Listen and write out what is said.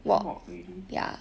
walk already